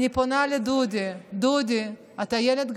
אני פונה לדודי: דודי, אתה ילד גדול.